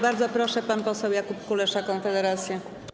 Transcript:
Bardzo proszę, pan poseł Jakub Kulesza, Konfederacja.